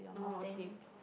orh okay